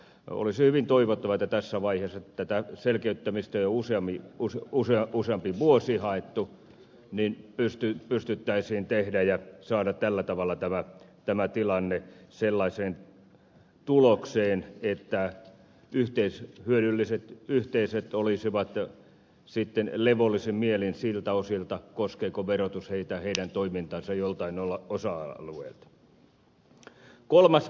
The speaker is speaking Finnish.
olisi hyvin toivottavaa että tässä vaiheessa kun tätä selkeyttämistä on jo useampi vuosi haettu pystyttäisiin tekemään ja saamaan tällä tavalla tämä tilanne sellaiseen tulokseen että yleishyödylliset yhteisöt olisivat sitten levollisin mielin siltä osilta koskeeko verotus heitä heidän toimintaansa joltain osa alueelta